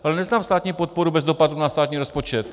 Ale neznám státní podporu bez dopadu na státní rozpočet.